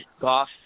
golf